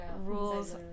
rules